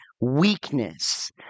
weakness